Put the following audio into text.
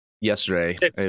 yesterday